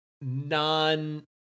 non